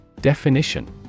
Definition